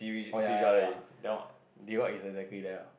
oh ya ya lah that one divide is exactly there ah